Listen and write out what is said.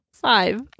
Five